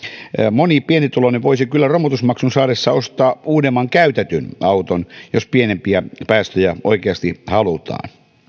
moni pienituloinen voisi kyllä romutusmaksun saadessaan ostaa uudemman käytetyn auton jos pienempiä päästöjä oikeasti halutaan